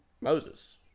moses